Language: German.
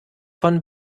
von